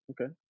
Okay